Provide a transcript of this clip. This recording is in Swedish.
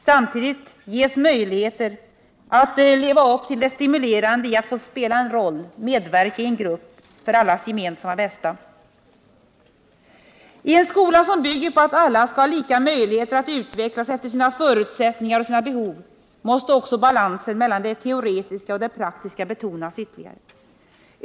Samtidigt ges möjligheter att uppleva det stimulerande i att få spela en roll, medverka i en grupp, för allas gemensamma bästa. I en skola som bygger på att alla skall ha lika möjligheter och utvecklas efter sina förutsättningar och sina behov måste också balansen mellan det teoretiska och det praktiska betonas ytterligare.